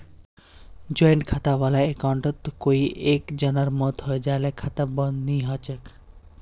joint खाता वाला अकाउंटत कोई एक जनार मौत हैं जाले खाता बंद नी हछेक